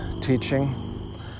teaching